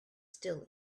still